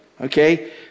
okay